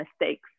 mistakes